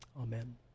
Amen